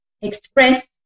express